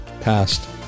past